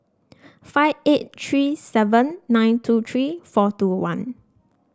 five eight three seven nine two three four two one